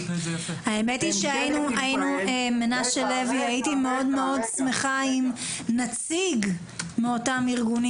הייתי שמחה מאוד אם נציג של אותם ארגונים